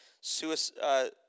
suicide